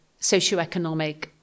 socioeconomic